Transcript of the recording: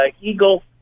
eagle